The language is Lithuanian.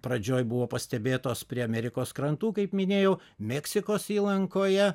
pradžioj buvo pastebėtos prie amerikos krantų kaip minėjau meksikos įlankoje